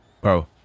Bro